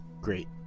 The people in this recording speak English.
great